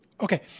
Okay